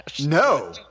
No